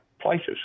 places